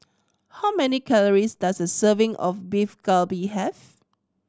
how many calories does a serving of Beef Galbi have